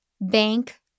bank